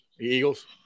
Eagles